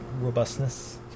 robustness